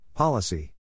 Policy